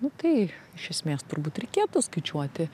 nu tai iš esmės turbūt reikėtų skaičiuoti